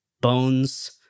bones